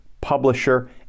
publisher